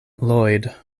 lloyd